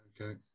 Okay